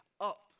up